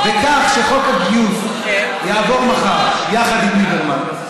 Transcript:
בכך שחוק הגיוס יעבור מחר יחד עם ליברמן,